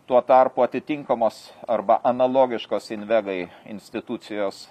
tuo tarpu atitinkamos arba analogiškos invegai institucijos